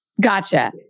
Gotcha